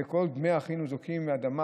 זה קול דמי אחינו זועקים מהאדמה.